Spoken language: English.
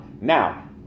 Now